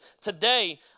today